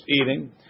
eating